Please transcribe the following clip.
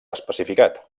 especificat